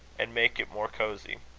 and make it more cosie.